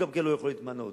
הוא לא יכול להתמנות.